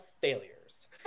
failures